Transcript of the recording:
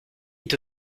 est